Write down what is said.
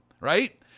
right